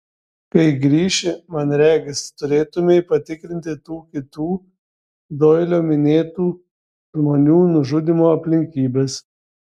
kai grįši man regis turėtumei patikrinti tų kitų doilio minėtų žmonių nužudymo aplinkybes